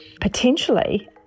potentially